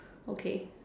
okay